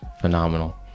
phenomenal